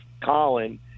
Colin